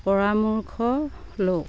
পৰামৰ্শ লওঁ